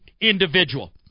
individual